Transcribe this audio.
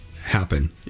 happen